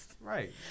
Right